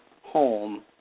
home